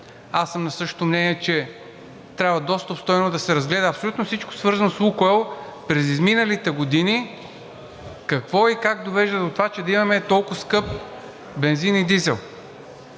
Аз съм на същото мнение – че трябва доста обстойно да се разгледа абсолютно всичко, свързано с „Лукойл“ през изминалите години, какво и как довежда до това, че да имаме толкова скъп бензин и дизел.